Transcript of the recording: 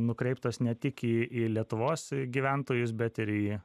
nukreiptos ne tik į į lietuvos gyventojus bet ir į